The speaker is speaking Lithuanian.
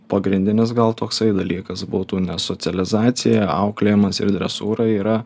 pagrindinis gal toksai dalykas būtų nes socializacija auklėjimas ir dresūra yra